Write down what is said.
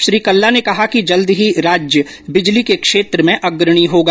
श्री कल्ला ने कहा कि जल्द ही राज्य बिजली के क्षेत्र में अग्रणी होगा